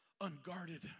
unguarded